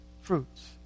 fruits